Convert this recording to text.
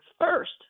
first